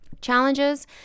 challenges